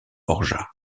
borja